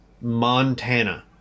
Montana